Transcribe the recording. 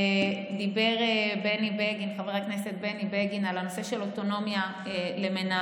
דיבר חבר הכנסת בני בגין על הנושא של האוטונומיה למנהלים.